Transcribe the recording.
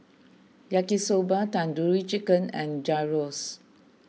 Yaki Soba Tandoori Chicken and Gyros